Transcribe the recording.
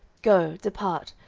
go, depart,